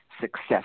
success